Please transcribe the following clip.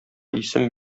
исем